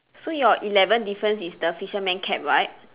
so your eleven difference is the fisherman cap right